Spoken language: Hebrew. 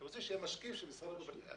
אתם רוצים שיהיה משקיף של משרד הבריאות, בסדר.